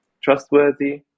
Trustworthy